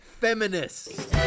feminists